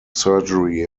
surgery